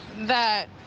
that